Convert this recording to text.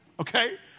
Okay